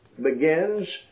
begins